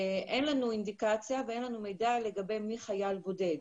לנו אינדיקציה ואין לנו מידע לגבי מי חייל בודד.